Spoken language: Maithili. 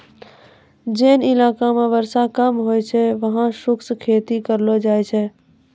जोन इलाका मॅ वर्षा कम होय छै वहाँ शुष्क खेती करलो जाय छै